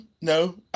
no